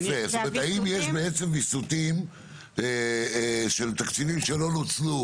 הם יש ויסותים של תקציבים שלא נוצלו